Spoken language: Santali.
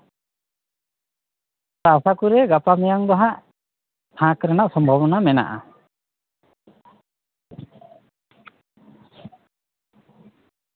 ᱛᱚ ᱟᱥᱟᱠᱚᱨᱤ ᱜᱟᱯᱟ ᱢᱮᱭᱟᱝ ᱫᱚ ᱦᱟᱸᱜ ᱯᱷᱟᱸᱠ ᱨᱮᱱᱟᱜ ᱥᱚᱢᱵᱷᱚᱵᱚᱱᱟ ᱢᱮᱱᱟᱜᱼᱟ